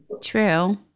true